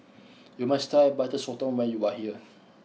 you must tie Butter Sotong when you are here